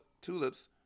tulips